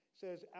says